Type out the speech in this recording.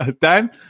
Dan